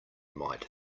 might